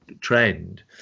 trend